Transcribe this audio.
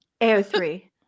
ao3